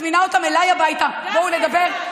אני מזמינה אותם אליי הביתה: בואו נדבר,